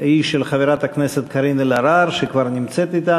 היא של חברת הכנסת קארין אלהרר, שכבר נמצאת אתנו.